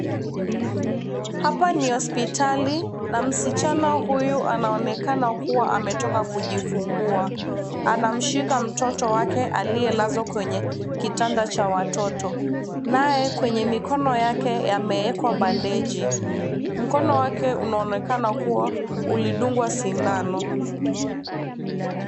Hapa ni hospitali, na msichana huyu anaonekana kuwa ametoka kujifungua, anamshika mtoto wake, aliye lazwa kwenye, kitanda cha watoto, naye kwenye mikono yake yameekwa bandeji, mkono wake unaonekana kuwa, ulidungwa sindano.